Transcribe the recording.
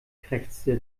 krächzte